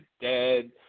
dead